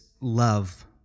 love